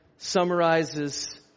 summarizes